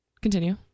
continue